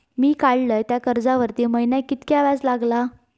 मी काडलय त्या कर्जावरती महिन्याक कीतक्या व्याज लागला?